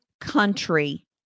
country